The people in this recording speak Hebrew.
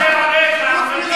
אנחנו לא נוותר עליך, אחמד טיבי.